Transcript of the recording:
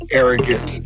arrogant